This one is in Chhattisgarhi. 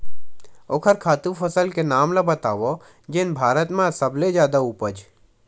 ओखर खातु फसल के नाम ला बतावव जेन भारत मा सबले जादा उपज?